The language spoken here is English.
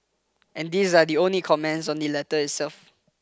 and these are only the comments on the letter itself